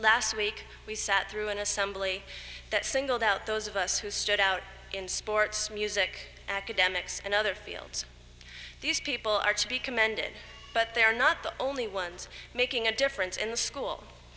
last week we sat through an assembly that singled out those of us who stood out in sports music academics and other fields these people are to be commended but they are not the only ones making a difference in the school